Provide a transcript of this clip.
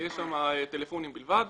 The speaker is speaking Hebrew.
יש שם טלפונים בלבד.